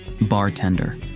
Bartender